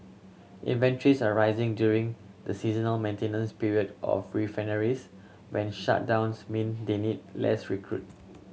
inventories are rising during the seasonal maintenance period of refineries when shutdowns mean they need less crude